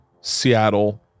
Seattle